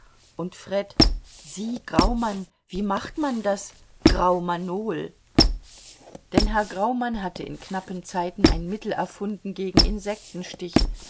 und fred sie graumann wie macht man das graumannol denn herr graumann hatte in knappen zeiten ein mittel erfunden gegen insektenstich